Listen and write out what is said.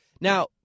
Now